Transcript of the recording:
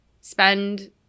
spend